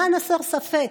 למען הסר ספק,